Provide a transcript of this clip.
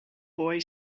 boy